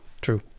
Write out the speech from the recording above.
true